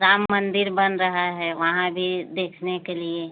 राम मंदिर बन रहा है वहाँ भी देखने के लिए